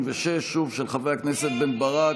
36, של חברי הכנסת בן ברק,